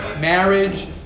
marriage